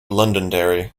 londonderry